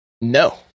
No